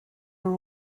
were